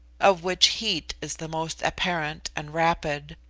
of which heat is the most apparent and rapid,